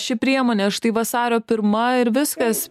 ši priemonė štai vasario pirma ir viskas